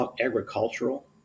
agricultural